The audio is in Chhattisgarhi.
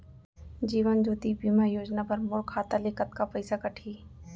जीवन ज्योति बीमा योजना बर मोर खाता ले कतका पइसा कटही?